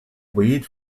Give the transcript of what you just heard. wheat